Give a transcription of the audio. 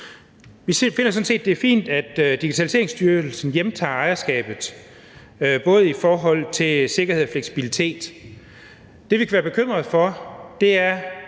det er fint, at Digitaliseringsstyrelsen hjemtager ejerskabet i forhold til både sikkerhed og fleksibilitet. Det, vi kan være bekymrede for, vedrører,